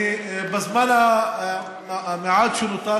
בזמן המועט שנותר,